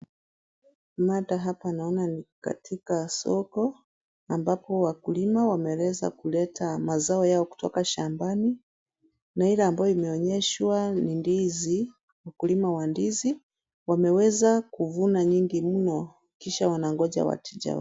Mnada hapa naona ni katika soko, ambapo wakulima wameweza kuleta mazao yao kutoka shambani. Na ile ambayo imeonyeshwa ni ndizi wakulima wa ndizi. Wameweza kuvuna nyingi mno, kisha wanangoja wateja wao.